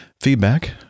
feedback